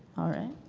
all right.